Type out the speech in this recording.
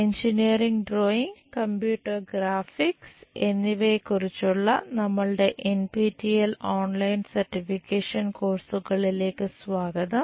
engineering drawing computer graphics എന്നിവയെക്കുറിച്ചുള്ള നമ്മളുടെ NPTEL online certification കോഴ്സുകളിലേക്ക് സ്വാഗതം